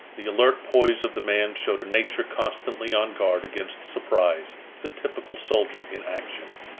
the alert poise of the man showed a nature constantly on guard against surprise the typical soldier in action.